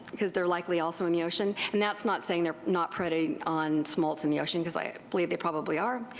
because theyire likely also in the ocean. and thatis not saying theyire not preying on smolts in the ocean, because i believe they probably are.